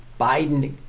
Biden